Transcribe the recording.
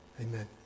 Amen